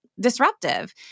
disruptive